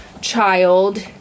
child